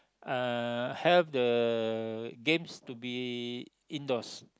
uh have the games to be indoors